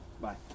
bye